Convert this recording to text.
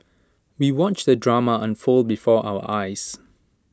we watched the drama unfold before our eyes